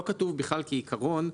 כעיקרון,